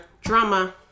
drama